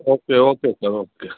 okay okay sir okay